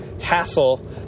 hassle